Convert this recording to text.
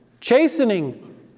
chastening